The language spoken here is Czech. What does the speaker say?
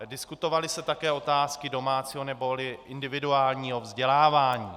Diskutovaly se také otázky domácího neboli individuálního vzdělávání.